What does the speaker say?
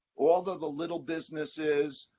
all the the little businesses,